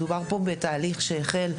מדובר פה בתהליך שהחל,